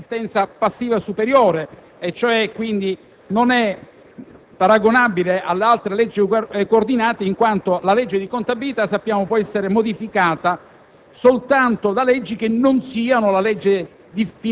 che, rispetto alla legge ordinaria, gode di una resistenza passiva superiore, e quindi non è paragonabile alle altre leggi coordinate, in quanto sappiamo che la legge di contabilità può essere modificata